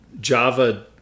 Java